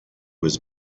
was